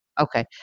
Okay